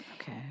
Okay